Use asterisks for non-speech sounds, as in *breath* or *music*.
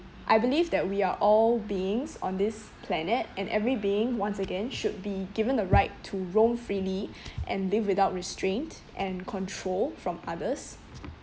I believe that we are all beings on this planet and every being once again should be given the right to roam freely *breath* and live without restraint and control from others